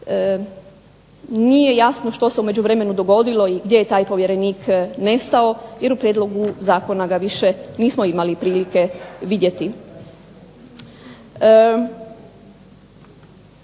Nije jasno što se u međuvremenu dogodilo, i gdje je taj povjerenik nestao, jer u prijedlogu zakona ga više nismo imali prilike vidjeti.